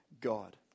God